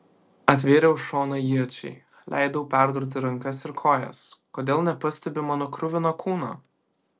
atvėriau šoną iečiai leidau perdurti rankas ir kojas kodėl nepastebi mano kruvino kūno